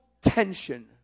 tension